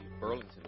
Burlington